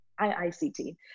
IICT